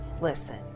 Listen